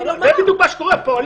זה בדיוק מה שקורה פה.